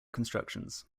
constructions